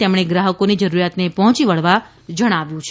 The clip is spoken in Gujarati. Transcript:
તેમણે ગ્રાહકોની જરૂરિયાતને પહોચી વળવા જણાવ્યું છે